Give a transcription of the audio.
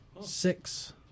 Six